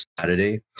Saturday